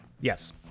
yes